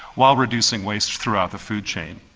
while reducing waste throughout the food chain.